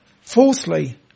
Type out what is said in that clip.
Fourthly